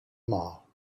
maar